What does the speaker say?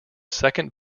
second